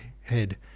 head